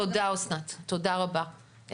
תודה רבה,